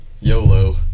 YOLO